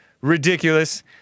ridiculous